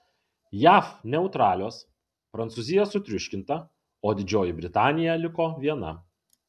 jav neutralios prancūzija sutriuškinta o didžioji britanija liko viena